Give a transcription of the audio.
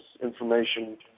information